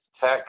Tech